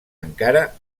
encara